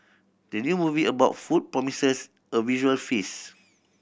the new movie about food promises a visual feast